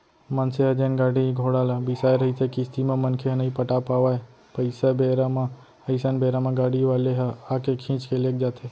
मनसे ह जेन गाड़ी घोड़ा ल बिसाय रहिथे किस्ती म मनसे ह नइ पटा पावय पइसा बेरा म अइसन बेरा म गाड़ी वाले ह आके खींच के लेग जाथे